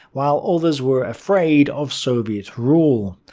while others were afraid of soviet rule.